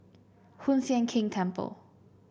Hoon Sian Keng Temple